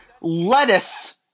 lettuce